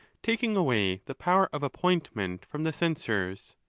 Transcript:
taking away the power of appointment from the censors.